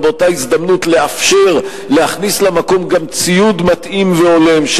באותה הזדמנות לאפשר להכניס למקום גם ציוד מתאים והולם,